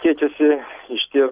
keičiasi išties